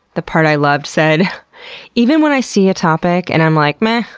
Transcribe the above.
the part i loved said even when i see a topic and i'm like, meh,